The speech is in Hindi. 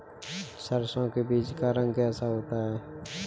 सरसों के बीज का रंग कैसा होता है?